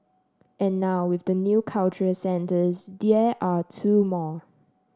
and now with the new cultural centres there are two more